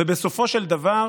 ובסופו של דבר